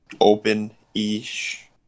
open-ish